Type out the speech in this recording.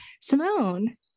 Simone